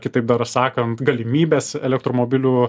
kitaip dar sakant galimybės elektromobilių